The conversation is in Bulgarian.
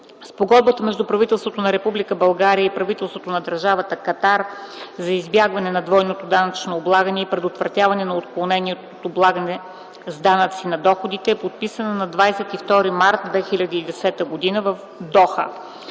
Спогодбата между правителството на Република България и правителството на Държавата Катар за избягване на двойното данъчно облагане и предотвратяване на отклонението от облагане с данъци на доходите е подписана на 22 март 2010 г. в Доха.